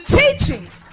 teachings